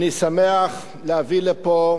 אני שמח להביא לפה